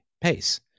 pace